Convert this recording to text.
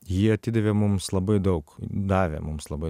ji atidavė mums labai daug davė mums labai